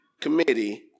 committee